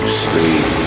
sleep